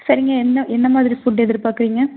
சரிங்க என்ன என்ன மாதிரி ஃபுட் எதிர்ப்பார்க்குறீங்க